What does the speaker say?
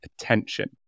attention